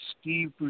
Steve